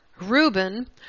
Reuben